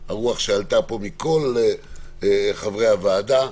אני חושב, הרוח שעלתה פה מכל חברי הוועדה.